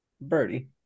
Birdie